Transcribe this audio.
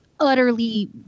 utterly